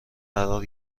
قرار